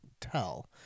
tell